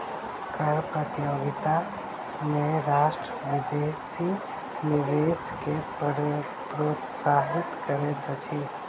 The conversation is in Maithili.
कर प्रतियोगिता में राष्ट्र विदेशी निवेश के प्रोत्साहित करैत अछि